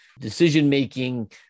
decision-making